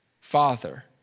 father